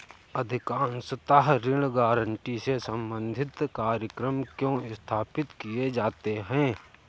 अधिकांशतः ऋण गारंटी से संबंधित कार्यक्रम क्यों स्थापित किए जाते हैं?